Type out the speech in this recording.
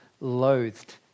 loathed